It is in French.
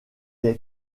est